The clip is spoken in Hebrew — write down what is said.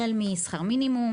החל משכר מינימום,